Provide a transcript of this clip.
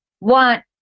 want